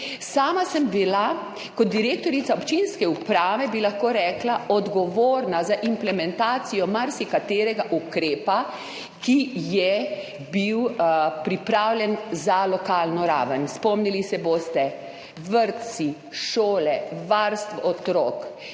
Sama sem bila kot direktorica občinske uprave, bi lahko rekla, odgovorna za implementacijo marsikaterega ukrepa, ki je bil pripravljen za lokalno raven. Spomnili se boste, vrtci, šole, varstvo otrok,